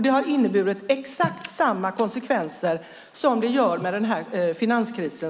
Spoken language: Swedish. Det har fått exakt samma konsekvenser som finanskrisen.